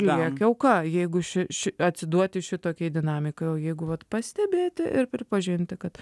lieki auka jeigu ši ši atsiduoti šitokiai dinamikai o jeigu vat pastebėti ir pripažinti kad